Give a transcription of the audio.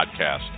podcast